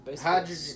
Hydrogen